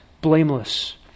blameless